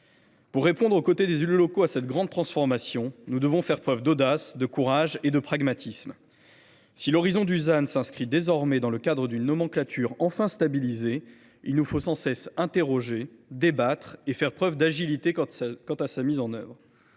transformation aux côtés des élus locaux, nous devons faire preuve d’audace, de courage et de pragmatisme. Si l’horizon du ZAN s’inscrit dans le cadre d’une nomenclature enfin stabilisée, il nous faut sans cesse interroger, débattre et faire preuve d’agilité quant à sa mise en œuvre.